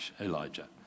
Elijah